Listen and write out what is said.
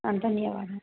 ಧನ್ಯವಾದ